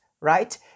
Right